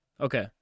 Okay